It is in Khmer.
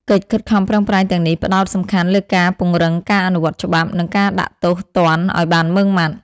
កិច្ចខិតខំប្រឹងប្រែងទាំងនេះផ្តោតសំខាន់លើការពង្រឹងការអនុវត្តច្បាប់ និងការដាក់ទោសទណ្ឌឲ្យបានម៉ឺងម៉ាត់។